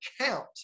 count